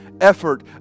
effort